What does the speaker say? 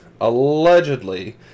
allegedly